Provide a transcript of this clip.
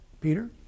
Peter